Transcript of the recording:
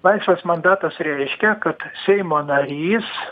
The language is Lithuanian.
laisvas mandatas reiškia kad seimo narys